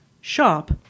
shop